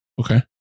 Okay